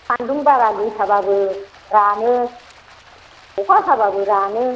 सान्दुं बारा गोसाबाबो रानो अखा हाबाबो रानो